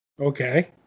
Okay